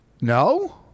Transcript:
No